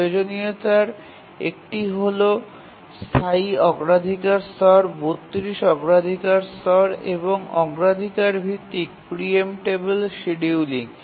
প্রয়োজনীয়তার একটি হল স্থায়ী অগ্রাধিকার স্তর ৩২ অগ্রাধিকার স্তর এবং অগ্রাধিকার ভিত্তিক প্রি এম্পটেবিল শিডিয়ুলিং